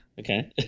Okay